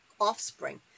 offspring